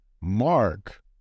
Mark